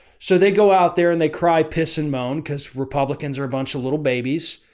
so they go out there and they cry, piss and moan, cause republicans are a bunch of little babies.